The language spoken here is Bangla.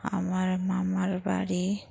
আমার মামার বাড়ি